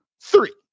three